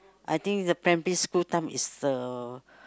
I think the primary school time is the